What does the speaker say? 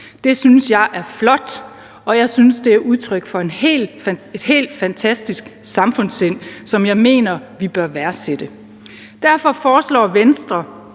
Det synes jeg er flot, og jeg synes, det er udtryk for et helt fantastisk samfundssind, som jeg mener vi bør værdsætte. Derfor foreslår Venstre,